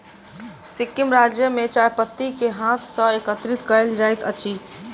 सिक्किम राज्य में चाय पत्ती के हाथ सॅ एकत्रित कयल जाइत अछि